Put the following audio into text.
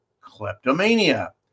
kleptomania